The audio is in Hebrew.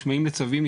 נשמעים לצווים,